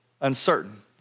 uncertain